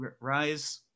rise